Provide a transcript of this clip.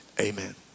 amen